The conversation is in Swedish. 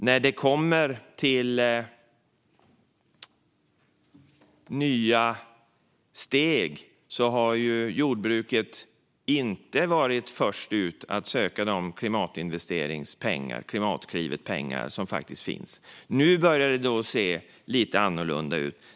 När det kommer till nya steg har jordbruket inte varit först ut att söka de pengar som faktiskt finns i och med Klimatklivet. Nu börjar det se lite annorlunda ut.